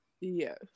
Yes